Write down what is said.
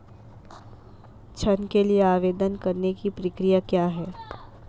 ऋण के लिए आवेदन करने की प्रक्रिया क्या है?